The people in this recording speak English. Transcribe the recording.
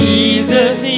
Jesus